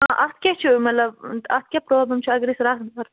آ اَتھ کیٛاہ چھُ مطلب اَتھ کیٛاہ پرٛابلم چھِ اَگر أسۍ رسہٕ دار